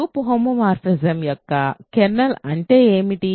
group homomorphism యొక్క kernel అంటే ఏమిటి